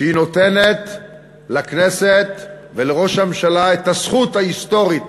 שהיא נותנת לכנסת ולראש הממשלה את הזכות ההיסטורית